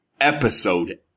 Episode